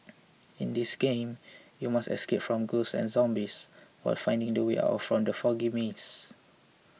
in this game you must escape from ghosts and zombies while finding the way out from the foggy maze